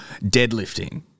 Deadlifting